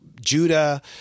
Judah